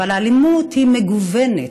אבל האלימות היא מגוונת,